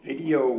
Video